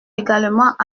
également